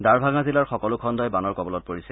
ডাৰভাঙা জিলাৰ সকলো খণ্টই বানৰ কবলত পৰিছে